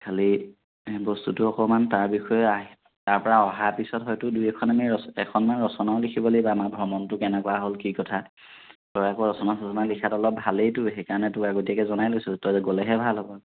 খালি বস্তুটো অকণমান তাৰ বিষয়ে আহি তাৰ পৰা অহা পিছত হয়তো দুই এখন আমি ৰচ এখনমান ৰচনাও লিখিব লাগিব আমাৰ ভ্ৰমণটো কেনেকুৱা হ'ল কি কথা তই আকৌ ৰচনা চচনা লিখাত অলপ ভালেইতো সেইকাৰণে তোক আগতীয়াকৈ জনাই লৈছোঁ তই গ'লেহে ভাল হ'ব